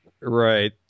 Right